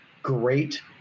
great